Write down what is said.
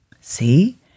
See